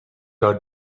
out